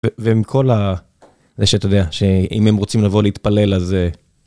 ועם כל זה, שאתה יודע, אם הם רוצים לבוא להתפלל אז.